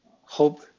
hope